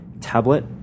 tablet